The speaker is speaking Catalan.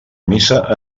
missa